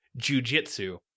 jujitsu